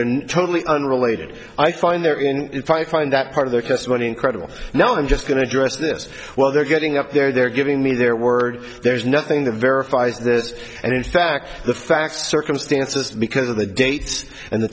they're totally unrelated i find their if i find that part of their just one incredible now i'm just going to address this well they're getting up there they're giving me their word there's nothing the verifies this and in fact the facts circumstances because of the dates and the